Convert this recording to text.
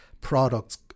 products